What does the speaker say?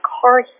car